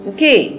Okay